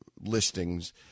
listings